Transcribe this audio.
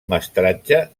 mestratge